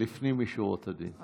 לפנים משורת הדין.